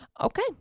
okay